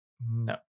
No